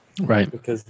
Right